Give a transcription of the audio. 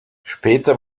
später